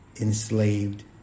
enslaved